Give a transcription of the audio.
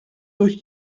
durch